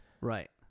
right